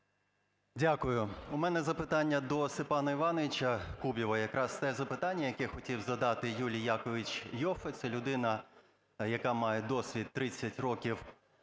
Дякую. У мене запитання до Степана Івановича Кубіва. Якраз те запитання, яке хотів задати Юлій Якович Іоффе. Це людина, яка має досвід 30 років